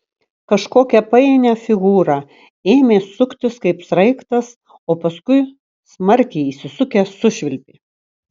kažkokią painią figūrą ėmė suktis kaip sraigtas o paskui smarkiai įsisukęs sušvilpė